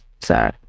sorry